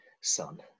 son